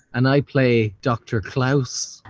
and i play dr. klaus.